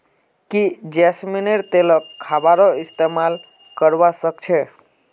की जैस्मिनेर तेलक खाबारो इस्तमाल करवा सख छ